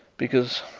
because